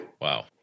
Wow